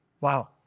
Wow